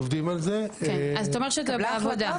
עובדים על זה --- אז אתה אומר שהתקבלה החלטה.